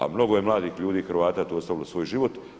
A mnogo je mladih ljudi Hrvata tu ostavilo svoj život.